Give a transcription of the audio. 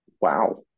wow